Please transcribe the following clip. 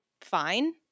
fine